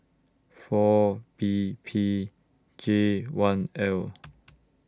four B P J one L